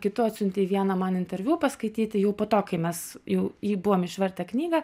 kai tu atsiuntei vieną man interviu paskaityti jau po to kai mes jau jį buvom išvertę knygą